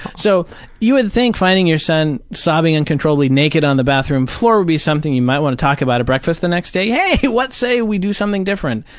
so you would think finding your son sobbing uncontrollably, naked on the bathroom floor would be something you might want to talk about at breakfast the next day. hey! what say we do something different?